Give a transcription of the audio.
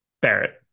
Barrett